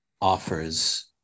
offers